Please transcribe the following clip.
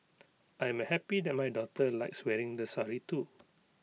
I am happy that my daughter likes wearing the sari too